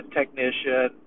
technician